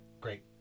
Great